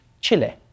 Chile